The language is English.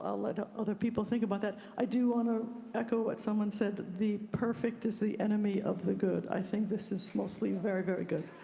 ah let ah other people think about that. i do want to echo what someone said, the perfect is the enemy of the good, i think this is mostly very, very good.